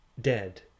dead